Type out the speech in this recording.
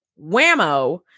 whammo